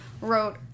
wrote